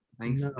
Thanks